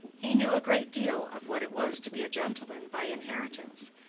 he knew a great deal of what it was to be a gentleman by inheritance,